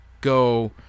go